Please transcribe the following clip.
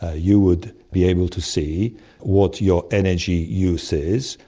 ah you would be able to see what your energy use is,